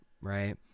right